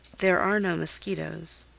there are no mosquitoes.